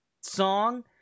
song